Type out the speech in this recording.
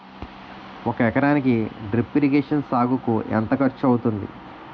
ఒక ఎకరానికి drip irrigation సాగుకు ఎంత ఖర్చు అవుతుంది?